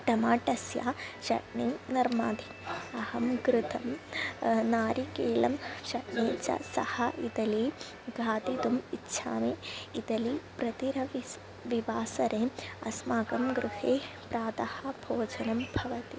टमाटस्य चट्नी निर्माति अहं कृतं नारिकेलं चट्नी च सह इटली खादितुम् इच्छामि इटली प्रतिरविवासरे अस्माकं गृहे प्रातः भोजनं भवति